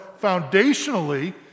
foundationally